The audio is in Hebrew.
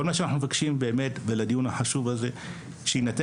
כל שאנו מבקשים בדיון החשוב הזה הוא שיינתנו